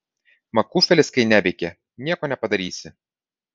makufelis kai neveikia nieko nepadarysi